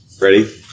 Ready